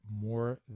more